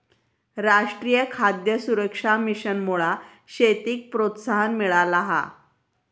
राष्ट्रीय खाद्य सुरक्षा मिशनमुळा शेतीक प्रोत्साहन मिळाला हा